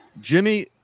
Jimmy